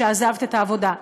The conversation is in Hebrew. שעזבת את העבודה.